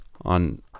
on